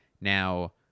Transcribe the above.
Now